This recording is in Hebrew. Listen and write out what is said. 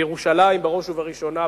בירושלים בראש ובראשונה,